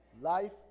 Life